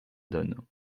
donne